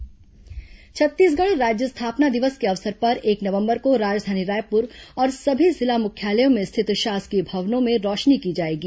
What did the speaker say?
राज्य स्थापना दिवस छत्तीसगढ़ राज्य स्थापना दिवस के अवसर पर एक नवंबर को राजधानी रायपुर और सभी जिला मुख्यालयों में स्थित शासकीय भवनों में रौशनी की जाएगी